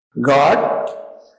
God